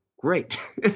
great